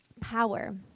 Power